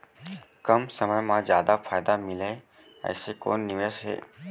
कम समय मा जादा फायदा मिलए ऐसे कोन निवेश हे?